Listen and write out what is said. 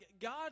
God